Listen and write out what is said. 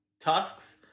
tusks